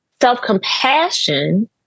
Self-compassion